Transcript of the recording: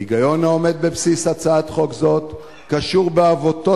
ההיגיון העומד בבסיס הצעת חוק זאת קשור בעבותות